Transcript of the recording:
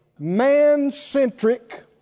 Man-centric